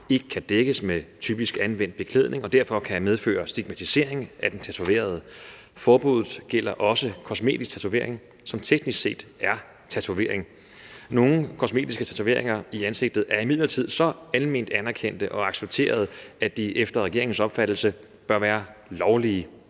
ikke kan dækkes med typisk anvendt beklædning og derfor kan medføre stigmatisering af den tatoverede. Forbuddet gælder også kosmetisk tatovering, som teknisk set er tatovering. Nogle kosmetiske tatoveringer i ansigtet er imidlertid så alment anerkendte og accepterede, at de efter regeringens opfattelse bør være lovlige